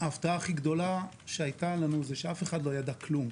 ההפתעה הכי גדולה שהייתה לנו היא שאף אחד לא ידע כלום.